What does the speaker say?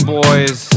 boys